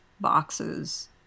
boxes